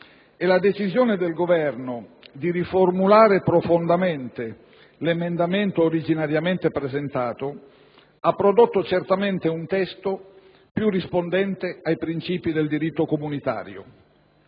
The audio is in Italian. e la decisione del Governo di riformulare profondamente l'emendamento originariamente presentato ha prodotto certamente un testo più rispondente ai princìpi del diritto comunitario.